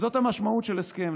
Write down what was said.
זו המשמעות של הסכם.